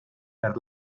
per